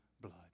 blood